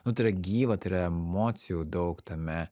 nu tai yra gyva tai yra emocijų daug tame